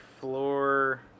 floor